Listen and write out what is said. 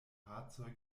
fahrzeuge